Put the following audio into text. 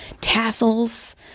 tassels